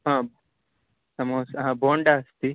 आं समोसः बोण्डा अस्ति